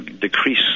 decrease